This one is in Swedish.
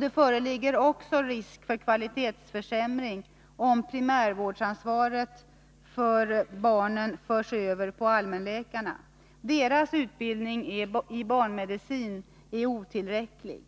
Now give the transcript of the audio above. Det föreligger också risk för kvalitetsförsämring, om primärvårdsansvaret för barnen förs över på allmänläkarna. Deras utbildning i barnmedicin är otillräcklig.